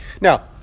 Now